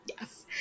Yes